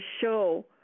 show